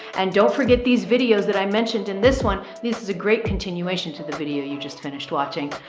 and don't forget these videos that i mentioned in this one. this is a great continuation to the video. you just finished watching.